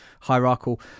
hierarchical